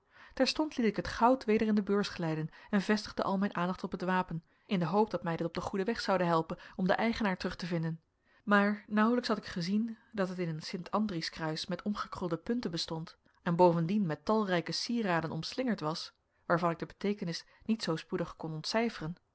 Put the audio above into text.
terstond liet ik het goud weder in de beurs glijden en vestigde al mijn aandacht op het wapen in de hoop dat mij dit op den goeden weg zoude helpen om den eigenaar terug te vinden maar nauwelijks had ik gezien dat het in een sint andrieskruis met omgekrulde punten bestond en bovendien met talrijke sieraden omslingerd was waarvan ik de beteekenis niet zoo spoedig kon ontcijferen